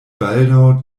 baldaŭ